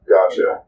Gotcha